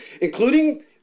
including